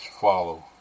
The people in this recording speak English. follow